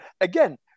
again